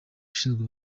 ushinzwe